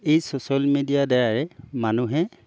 এই ছ'চিয়েল মিডিয়াৰদ্বাৰাই মানুহে